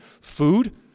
food